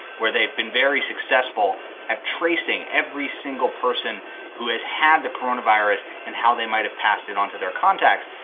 where they've been very successful at tracing every single person who has had the corona virus and how they might have passed it onto their contacts.